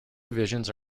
divisions